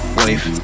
wave